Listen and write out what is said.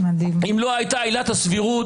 אם לא הייתה עילת הסבירות,